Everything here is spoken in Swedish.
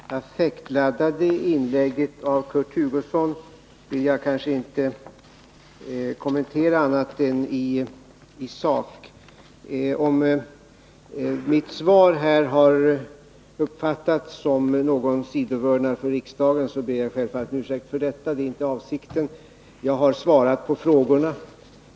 Herr talman! Detta affektladdade inlägg av Kurt Hugosson vill jag kanske inte kommentera annat än i sak. Om mitt svar har uppfattats som någon sidovördnad för riksdagen ber jag självfallet om ursäkt för det — det har inte varit avsikten. Jag har svarat på frågorna.